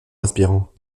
respirant